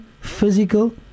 physical